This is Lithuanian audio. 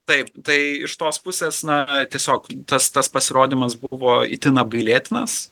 taip tai iš tos pusės na tiesiog tas tas pasirodymas buvo itin apgailėtinas